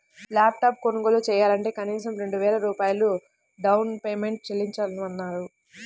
lap top కొనుగోలు చెయ్యాలంటే కనీసం రెండు వేల రూపాయలు డౌన్ పేమెంట్ చెల్లించమన్నారు